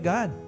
God